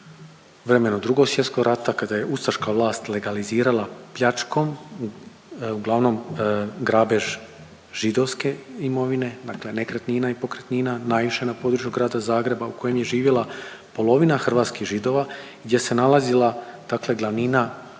vremenu Drugog svjetskog rata kada je ustaška vlast legalizirala pljačkom, uglavnom grabež židovske imovine, dakle nekretnina i pokretnina, najviše na području Grada Zagreba u kojem je živjela polovina hrvatskih Židova, gdje se nalazila dakle glavnina njihove